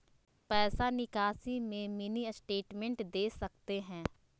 पैसा निकासी में मिनी स्टेटमेंट दे सकते हैं?